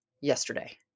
yesterday